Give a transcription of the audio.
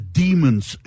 demons